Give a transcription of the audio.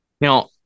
Now